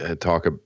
talk